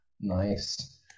Nice